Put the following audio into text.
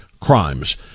crimes